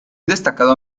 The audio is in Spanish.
destacado